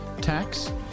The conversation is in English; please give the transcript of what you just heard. tax